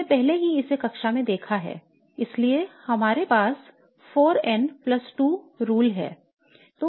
हमने पहले ही इसे कक्षा में देखा है इसलिए हमारे पास 4n 2 नियम है